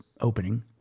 opening